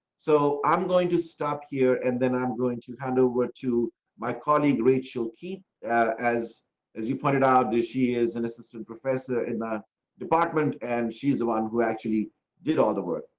so i'm going to stop here, and then i'm going to hand over to my colleague rachel. keep as as you pointed out, this year's an assistant professor in the department, and she's the one who actually did all the work.